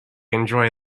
enjoy